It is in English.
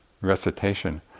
recitation